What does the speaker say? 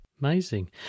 Amazing